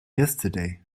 yesterday